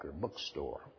bookstore